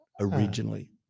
originally